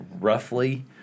roughly